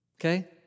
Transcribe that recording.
Okay